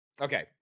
Okay